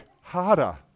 harder